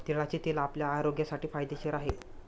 तिळाचे तेल आपल्या आरोग्यासाठी फायदेशीर आहे